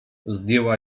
zdjęła